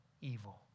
evil